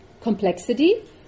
complexity